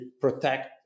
protect